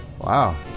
Wow